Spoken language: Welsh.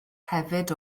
hefyd